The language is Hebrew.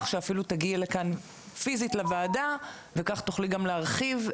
שאפילו תגיעי לכאן פיזית לוועדה וכך תוכלי גם להרחיב,